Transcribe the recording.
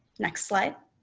next slide.